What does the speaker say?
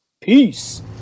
peace